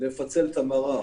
לפצל את המערך.